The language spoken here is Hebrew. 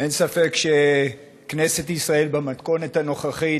אין ספק שכנסת ישראל במתכונת הנוכחית,